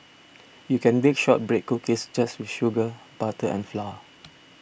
you can bake Shortbread Cookies just with sugar butter and flour